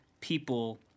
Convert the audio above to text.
people